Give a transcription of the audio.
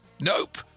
nope